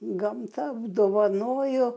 gamta apdovanojo